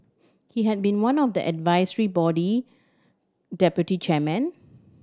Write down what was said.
he had been one of the advisory body deputy chairmen